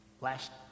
Last